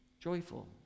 joyful